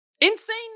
Insane